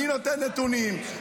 אני נותן נתונים,